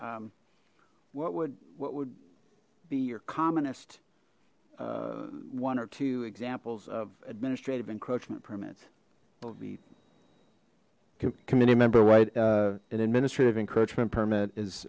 what would what would be your communist one or two examples of administrative encroachment permits the committee member white an administrative encroachment permit is